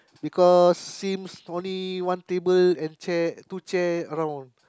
because seems only one table and chair two chair around